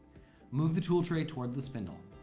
move the tool tray toward the spindle.